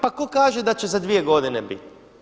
Pa tko kaže da će za dvije godine bit?